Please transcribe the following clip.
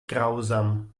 grausam